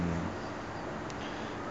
hmm